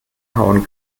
hauen